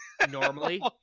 normally